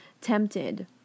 tempted